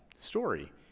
story